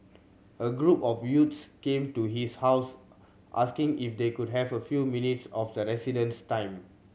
a group of youths came to his house asking if they could have a few minutes of the resident's time